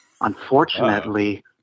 Unfortunately